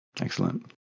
Excellent